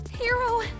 Hero